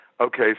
okay